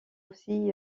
aussi